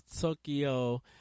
tokyo